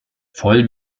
voll